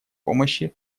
помощи